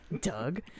Doug